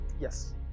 Yes